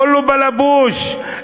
כולו בָּלָבּוּש,